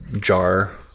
jar